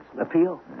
appeal